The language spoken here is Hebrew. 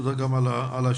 תודה גם על המצגת.